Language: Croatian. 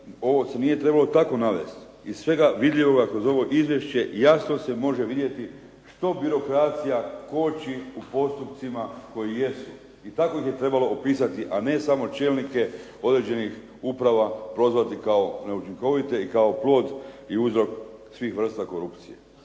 ovo se nije trebalo tako navest. Iz svega vidljivoga kroz ovo izvješće jasno se može vidjeti što birokracija koči u postupcima koji jesu i tako ih je trebalo opisati, a ne samo čelnike određenih uprava prozvati kao neučinkovite i kao plod i uzrok svih vrsta korupcije.